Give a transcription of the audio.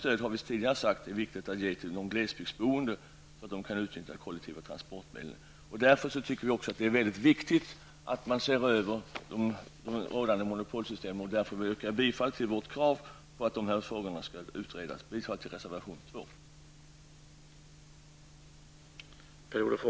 Som vi tidigare sagt är det viktigt att ge ett särskilt stöd till glesbygdsboende, så att de kan utnyttja kollektiva transportmedel. Därför tycker vi att det är mycket viktigt att man ser över de rådande monopolsystemen. Jag vill därför yrka bifall till vårt krav på att de här frågorna skall utredas. Bifall till reservation 2!